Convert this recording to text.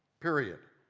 period.